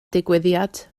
digwyddiad